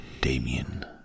Damien